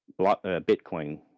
Bitcoin